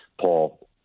Paul